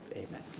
amen.